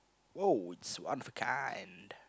oh it's one of a kind